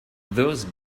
those